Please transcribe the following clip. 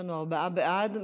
ארבעה בעד.